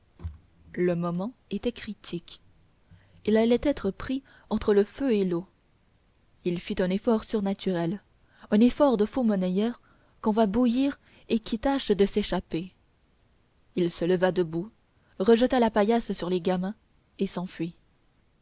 le moment était critique il allait être pris entre le feu et l'eau il fit un effort surnaturel un effort de faux monnayeur qu'on va bouillir et qui tâche de s'échapper il se leva debout rejeta la paillasse sur les gamins et s'enfuit